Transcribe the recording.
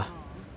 ah